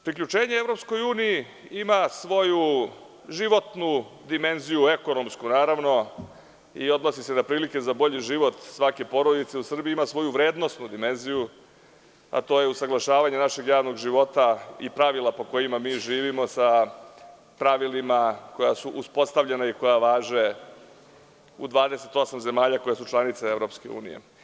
Priključenje EU ima svoju životnu dimenziju, ekonomsku, naravno i odnosi se na prilike za bolji život svake porodice u Srbiji ima svoju vrednosnu dimenziju, a to je usaglašavanje našeg javnog života i pravila po kojima mi živimo sa pravilima koja su uspostavljena i koja važe u 28 zemalja koje su članice EU.